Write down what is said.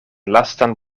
lastan